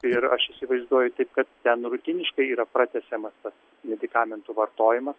ir aš įsivaizduoju taip kad ten rutiniškai yra pratęsiamas tas medikamentų vartojimas